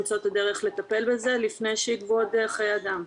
למצוא את הדרך לטפל בזה לפני שייגבו עוד חיי אדם.